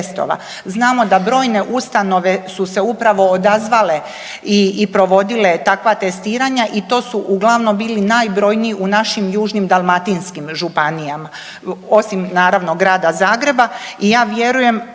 Znamo da brojne ustanove su se upravo odazvale i provodile takva testiranja i to su uglavnom bili najbrojniji u našim južnim dalmatinskim županijama osim naravno grada Zagreba i ja vjerujem